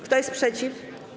Kto jest przeciw?